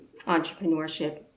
entrepreneurship